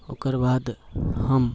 ओकर बाद हम